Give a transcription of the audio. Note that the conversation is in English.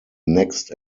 next